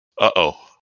Uh-oh